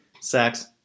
sex